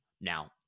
Now